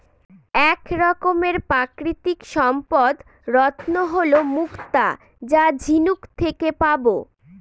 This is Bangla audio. এক রকমের প্রাকৃতিক সম্পদ রত্ন হল মুক্তা যা ঝিনুক থেকে পাবো